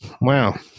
Wow